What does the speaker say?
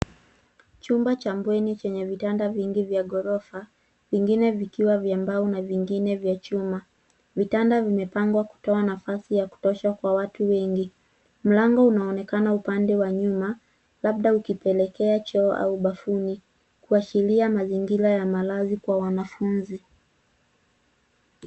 Chumba cha bweni chenye vitanda vingi vya ghorofa vingine vikiwa vya mbao na vingine vya chuma. Vitanda vimepangwa kutoa nafasi ya kutosha kwa watu wengi. Mlango unaonekana upande wa nyuma labda ukipelekea choo au bafuni kuashiria mazingira ya malazi kwa wanafunzi.